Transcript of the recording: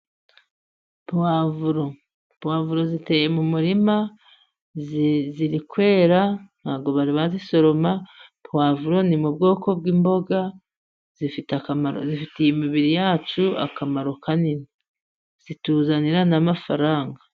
Puwavuro, puwavuro ziteye mu murima ziri kwera ntabwo bari bazisoroma. Puwavuro ni mu bwoko bw'imboga zifite akamaro zifitiye imibiri yacu akamaro kanini zituzanira na mafaranga.